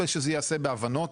וזה יעשה בהבנות,